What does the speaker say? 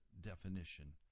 definition